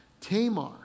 Tamar